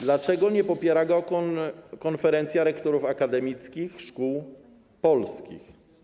Dlaczego nie popiera go Konferencja Rektorów Akademickich Szkół Polskich?